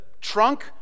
trunk